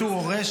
בתור הורה,